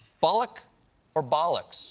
bullock or bollock. so